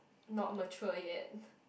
not mature yet